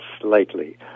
slightly